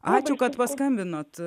ačiū kad paskambinot